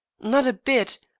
not a bit.